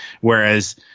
whereas